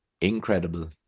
incredible